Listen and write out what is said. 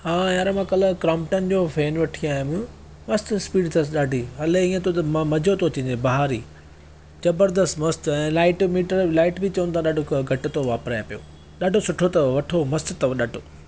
हा यार मां काल्हि क्रोम्पटन जो फ़ैन वठी आयुमि मस्त स्पीड अथसि ॾाढी हले ईअं थो त मां मज़ो थो अची वञे बहारी ज़बर्दस्त मस्त ऐं लाइट मीटर लाइट ॿि चवनि था ॾाढो घटि थो वापराए पियो ॾाढो सुठो अथव वठो मस्त अथव ॾाढो